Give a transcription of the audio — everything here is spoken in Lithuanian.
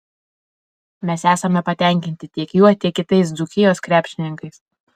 mes esame patenkinti tiek juo tiek kitais dzūkijos krepšininkais